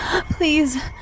Please